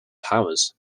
powers